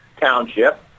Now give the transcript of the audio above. township